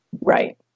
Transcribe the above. Right